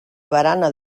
barana